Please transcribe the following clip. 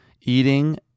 eating